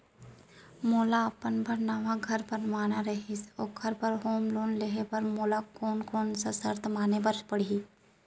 मोला अपन बर नवा घर बनवाना रहिस ओखर बर होम लोन लेहे बर मोला कोन कोन सा शर्त माने बर पड़ही?